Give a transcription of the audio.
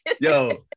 Yo